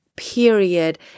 period